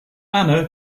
anna